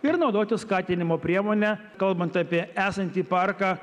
ir naudotis skatinimo priemone kalbant apie esantį parką